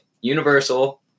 Universal